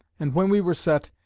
and when we were set,